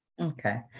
Okay